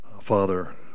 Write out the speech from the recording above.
father